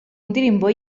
ndirimbo